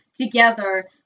together